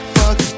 fuck